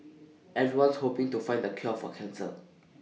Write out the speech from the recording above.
everyone's hoping to find the cure for cancer